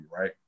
right